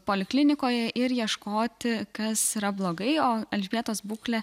poliklinikoje ir ieškoti kas yra blogai o elžbietos būklė